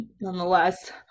nonetheless